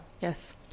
Yes